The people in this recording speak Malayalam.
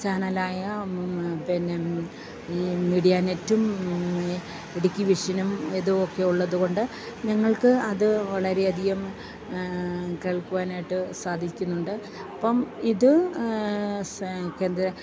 ചാനലായ പിന്നെ ഈ മീഡിയ നെറ്റും ഇടുക്കി വിഷനും ഇതൊക്കെ ഉള്ളത് കൊണ്ട് ഞങ്ങൾക്ക് അത് വളരെ അധികം കേൾക്കുവാനായിട്ട് സാധിക്കുന്നുണ്ട് അപ്പം ഇത് സ് കേന്ദ്ര